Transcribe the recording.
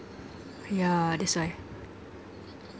yeah that's why